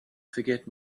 forget